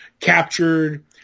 captured